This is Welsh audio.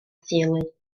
theulu